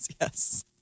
Yes